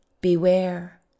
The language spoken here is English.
BEWARE